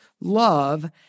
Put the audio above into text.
love